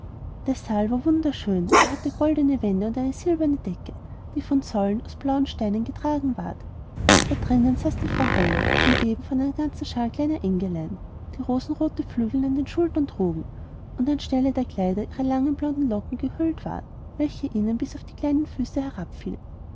der saal war wunderschön er hatte goldne wände und eine silberne decke die von säulen aus blauen steinen getragen ward da drinnen saß die frau holle umgeben von einer ganzen schar kleiner engelein die rosenrote flügel an den schultern trugen und an stelle der kleider in ihre langen blonden locken gehüllt waren welche ihnen bis auf die kleinen füße